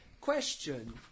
question